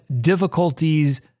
difficulties